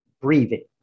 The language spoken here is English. breathing